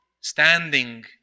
standing